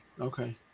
Okay